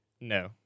No